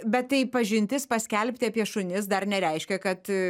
bet tai pažintis paskelbti apie šunis dar nereiškia kad